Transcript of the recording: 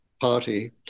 party